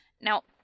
Now